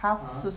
(uh huh)